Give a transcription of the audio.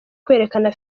kwerekana